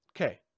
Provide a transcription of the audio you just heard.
Okay